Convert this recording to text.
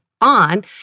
on